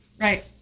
Right